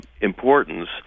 importance